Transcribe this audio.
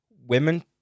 women